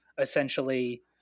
essentially